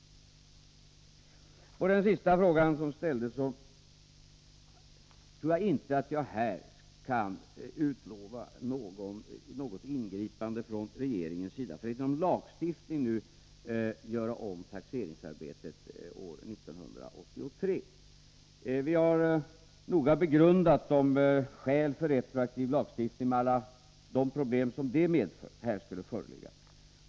Beträffande den sista fråga som ställdes kan jag inte utlova något ingripan Nr 23 de från regeringens sida, så att lagstiftning skulle ändras för 1983 års tax Måndagen den eringsarbete. Vi har noga begrundat vilka skäl för retroaktiv lagstiftning, 14 november 1983 med alla de problem som det skulle medföra, som skulle föreligga.